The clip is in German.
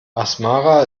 asmara